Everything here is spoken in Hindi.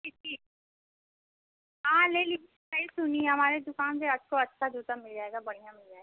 जी जी हाँ ले लीजिए सही सुनी हैं हमारी दुक़ान से आपको अच्छा जूता मिल जाएगा बढ़ियाँ मिल जाएगा